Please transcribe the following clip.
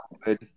good